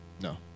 No